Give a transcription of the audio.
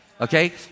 Okay